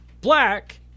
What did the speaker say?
black